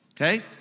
Okay